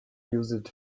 used